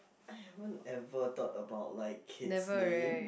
I haven't ever thought about like kids names